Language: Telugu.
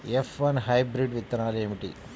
ఎఫ్ వన్ హైబ్రిడ్ విత్తనాలు ఏమిటి?